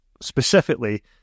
specifically